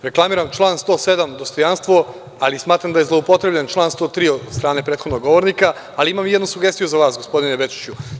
Reklamiram član 107. – dostojanstvo, ali smatram da je zloupotrebljen član 103. od strane prethodnog govornika i imam jednu sugestiju za vas, gospodine Bečiću.